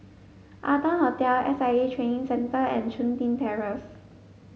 Arton Hotel S I A Training Centre and Chun Tin Terrace